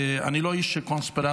אני לא איש של קונספירציות,